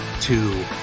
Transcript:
Two